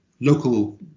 local